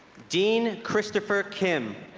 dean christopher kim